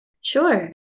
Sure